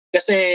Kasi